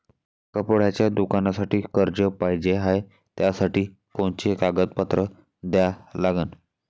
कपड्याच्या दुकानासाठी कर्ज पाहिजे हाय, त्यासाठी कोनचे कागदपत्र द्या लागन?